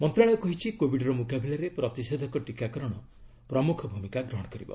ମନ୍ତ୍ରଣାଳୟ କହିଛି କୋବିଡର ମୁକାବିଲାରେ ପ୍ରତିଷେଧକ ଟିକାକରଣ ପ୍ରମୁଖ ଭୂମିକା ଗ୍ରହଣ କରିବ